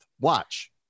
Watch